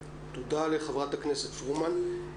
תודה לחברת הכנסת פרומן.